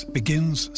begins